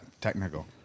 technical